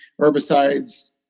herbicides